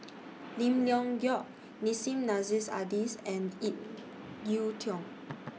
Lim Leong Geok Nissim Nassim Adis and Ip Yiu Tung